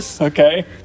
Okay